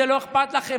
זה לא אכפת לכם.